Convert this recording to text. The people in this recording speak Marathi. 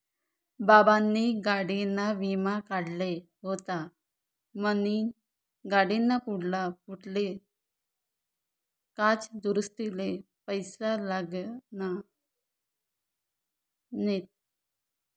बाबानी गाडीना विमा काढेल व्हता म्हनीन गाडीना पुढला फुटेल काच दुरुस्तीले पैसा लागना नैत